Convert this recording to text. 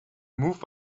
move